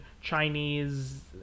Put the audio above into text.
Chinese